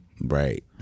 right